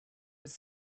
was